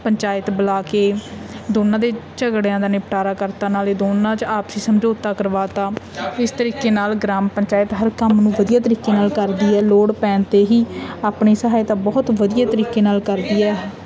ਪੰਚਾਇਤ ਬੁਲਾ ਕੇ ਦੋਨਾਂ ਦੇ ਝਗੜਿਆਂ ਦਾ ਨਿਪਟਾਰਾ ਕਰਤਾ ਨਾਲੇ ਦੋਨਾਂ 'ਚ ਆਪਸੀ ਸਮਝੌਤਾ ਕਰਵਾ ਤਾ ਇਸ ਤਰੀਕੇ ਨਾਲ ਗ੍ਰਾਮ ਪੰਚਾਇਤ ਹਰ ਕੰਮ ਨੂੰ ਵਧੀਆ ਤਰੀਕੇ ਨਾਲ ਕਰਦੀ ਹੈ ਲੋੜ ਪੈਣ 'ਤੇ ਹੀ ਆਪਣੀ ਸਹਾਇਤਾ ਬਹੁਤ ਵਧੀਆ ਤਰੀਕੇ ਨਾਲ ਕਰਦੀ ਹੈ